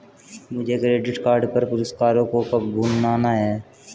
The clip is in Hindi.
मुझे क्रेडिट कार्ड पर पुरस्कारों को कब भुनाना चाहिए?